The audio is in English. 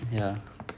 ya